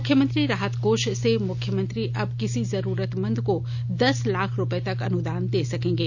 मुख्यमंत्री राहत कोष से मुख्यमंत्री अब किसी जरूरतमंद को दस लाख रुपए तक अनुदान दे सकेंगे